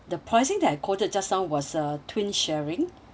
the pricing that I quoted just now was uh twin sharing